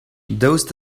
daoust